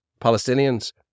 Palestinians